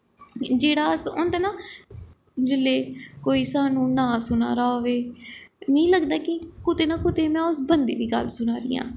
जेह्ड़ा अस होंदा ना जिसले कोई सानूं नां सुना दा होऐ मिगी लगदा कि कुतै ना कुतै में उस बंदे दी गल्ल सुना दी आं